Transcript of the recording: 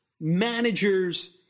managers